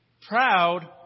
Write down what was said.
proud